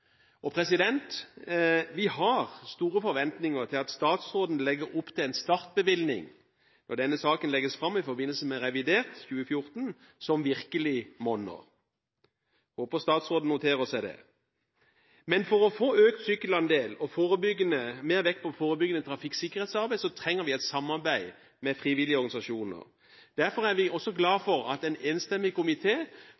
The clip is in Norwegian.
Vi har store forventninger til at statsråden legger opp til en sterk bevilgning, som virkelig monner, når denne saken legges fram i forbindelse med revidert i 2014. Jeg håper statsråden noterer seg det. Men for å få en økt sykkelandel og mer vekt på forebyggende trafikksikkerhetsarbeid trenger vi et samarbeid med frivillige organisasjoner. Derfor er vi glad